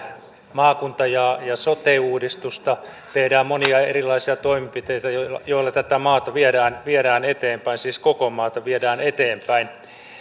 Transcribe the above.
maakunta ja sote uudistusta tehdään monenlaisia erilaisia toimenpiteitä joilla joilla tätä maata viedään viedään eteenpäin siis koko maata viedään eteenpäin